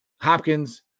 Hopkins